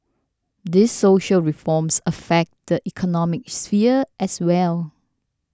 these social reforms affect the economic sphere as well